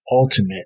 ultimate